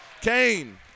Kane